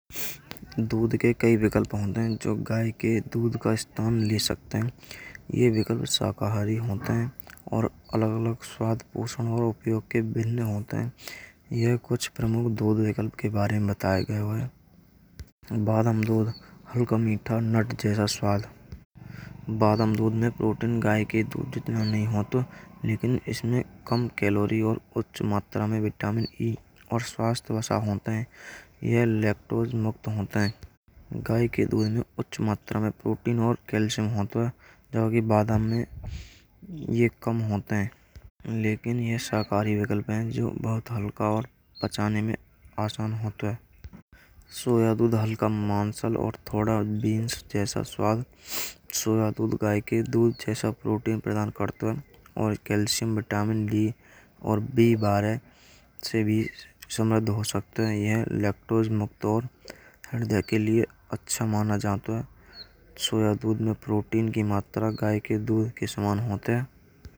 दूध के कई विकल्प हैं। जो गाय के दूध का स्थान ले सकते हैं। वहाँ विकल्प विकसित होते हैं, और अलग-अलग स्वाद पोषण होता है। और उपयोग कई भिन्न होता है। यह कुछ प्रमुख दूध निकाल के बारे में बताया गया है बादाम दूध हल्का मीठा नट चेहरा स्वाद बादाम दूध में प्रोटीन गे के दूध जितना नहीं होता है। लेकिन इसमें कम कैलोरी और मात्रा में विटामिन ई और स्वास्थ्य विषय होते हैं। ये लैक्टोज मुक्त होता है। गाय के दूध में उच्च मात्रा में प्रोटीन और कैल्शियम होता है। जबकि बादाम में यह कम होता है। लेकिन यह सहकारी विकल्प है। जो बहुत हल्का और पचाने में आसान होता है। सोया दूध हल्का मनसाल और थोड़ा उड़दीन जैसा होता है। सोया दूध थोड़ा गाय के दूध जैसा प्रोटीन प्रदान करता है। और कैल्शियम विटामिन डी और बी बारह से भी समृद्ध हो सकते हैं। यह लैक्टोज मुक्त और हृदय के लिए अच्छा माना जाता है। सोया दूध में प्रोटीन की मात्रा गाय के दूध से अधिक होती है।